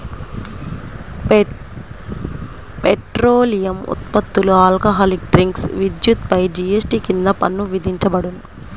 petroleum ఉత్పత్తులు, alcoholic drinks, విద్యుత్పై GST కింద పన్ను విధించబడదు